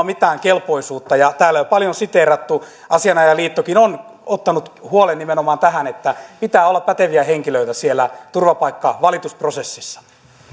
mitään kelpoisuutta täällä on jo paljon siteerattu sitä että asianajajaliittokin on kohdistanut huolen nimenomaan tähän että pitää olla päteviä henkilöitä siellä turvapaikkavalitusprosesseissa